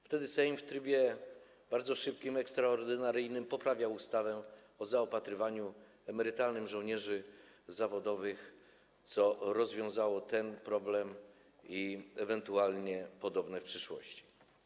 Wtedy Sejm w trybie bardzo szybkim, ekstraordynaryjnym poprawiał ustawę o zaopatrywaniu emerytalnym żołnierzy zawodowych, co rozwiązało ten problem i ewentualnie podobne w przyszłości.